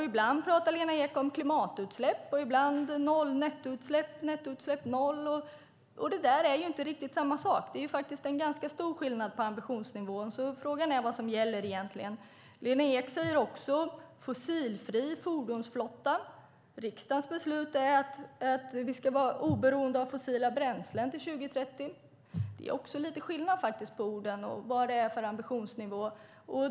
Ibland talar Lena Ek om klimatutsläpp och ibland om nettoutsläpp. Det är inte riktigt samma sak. Det är en ganska stor skillnad i ambitionsnivå, och frågan är vad som egentligen gäller. Vidare talar Lena Ek om en fossilfri fordonsflotta. Riksdagens beslut är att vi ska vara oberoende av fossila bränslen till 2030. Det är faktiskt lite skillnad på orden och vad som är ambitionsnivån.